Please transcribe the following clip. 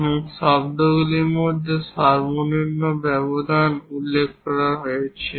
এবং শব্দগুলির মধ্যে সর্বনিম্ন ব্যবধানও উল্লেখ করা হয়েছে